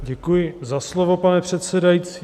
Děkuji za slovo, pane předsedající.